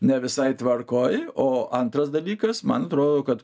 ne visai tvarkoj o antras dalykas man atrodo kad